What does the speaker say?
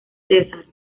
cesar